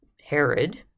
Herod